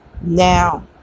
Now